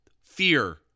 fear